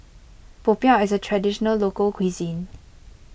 Popiah is a Traditional Local Cuisine